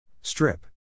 Strip